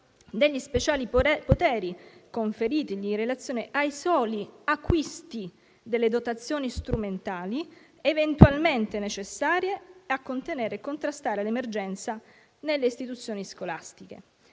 degli speciali poteri conferiti in relazione ai soli acquisti delle dotazioni strumentali eventualmente necessarie a contenere e contrastare l'emergenza nelle istituzioni scolastiche.